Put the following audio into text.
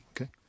Okay